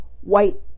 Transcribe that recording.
white